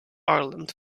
ireland